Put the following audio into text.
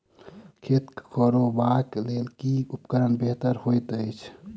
खेत कोरबाक लेल केँ उपकरण बेहतर होइत अछि?